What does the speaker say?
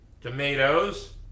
tomatoes